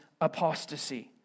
apostasy